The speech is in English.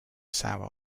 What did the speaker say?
sour